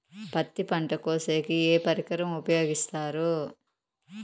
పత్తి పంట కోసేకి ఏ పరికరం ఉపయోగిస్తారు?